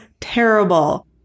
terrible